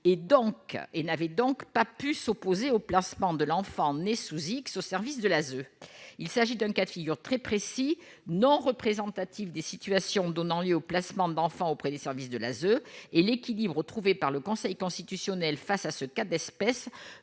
et n'avait donc pas pu s'opposer au placement de l'enfant né sous X au service de l'ASE, il s'agit d'un cas de figure très précis, non représentative des situations donnant lieu au placement d'enfants auprès des services de l'ASE et l'équilibre trouvé par le Conseil constitutionnel face à ce cas d'espèce,